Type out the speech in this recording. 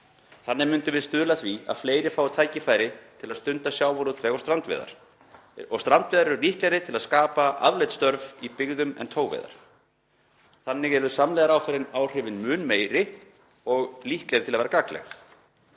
Þannig myndum við stuðla að því að fleiri fengju tækifæri til að stunda sjávarútveg og strandveiðar eru líklegri til að skapa afleidd störf í byggðum en togveiðar. Þannig yrðu samlegðaráhrifin mun meiri og líklegri til að verða gagnleg.